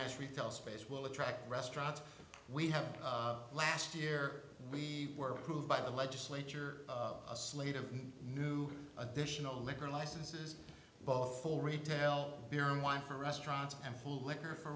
much retail space will attract restaurants we have last year we were approved by the legislature a slate of new additional liquor licenses both full retail beer and wine for restaurants and full liquor for